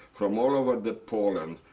from all over the poland,